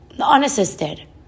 unassisted